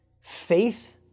Faith